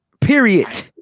Period